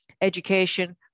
education